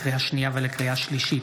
לקריאה שנייה ולקריאה שלישית,